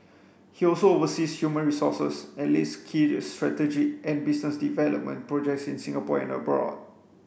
he also oversees human resources and leads key strategic and business development projects in Singapore and abroad